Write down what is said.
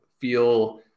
feel